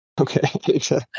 okay